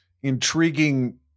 intriguing